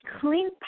Clean